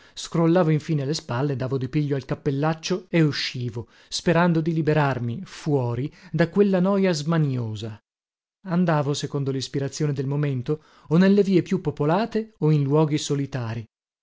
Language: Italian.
scrollavo infine le spalle davo di piglio al cappellaccio e uscivo sperando di liberarmi fuori da quella noja smaniosa andavo secondo lispirazione del momento o nelle vie più popolate o in luoghi solitarii